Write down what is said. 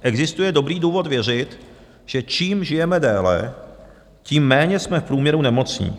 Existuje dobrý důvod věřit, že čím žijeme déle, tím méně jsme v průměru nemocní.